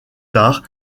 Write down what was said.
tard